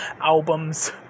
albums